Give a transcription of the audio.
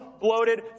bloated